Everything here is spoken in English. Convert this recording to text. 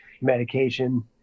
medication